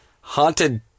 Haunted